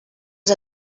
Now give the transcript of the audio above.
has